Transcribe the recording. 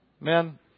men